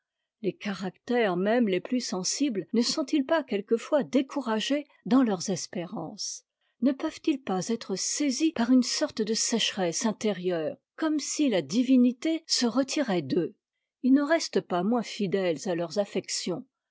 les caractères même les plus sensibles ne sontils pas quelquefois découragés dans leurs espérances ne peuvent-ils pas être saisis par une sorte de sécheresse intérieure comme si la divinité se retirait d'eux ils n'en restent pas moins fidèles à leurs affections